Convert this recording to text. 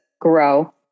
grow